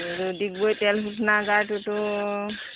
ডিগবৈ তেল শোধনাগাৰটোতো